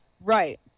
right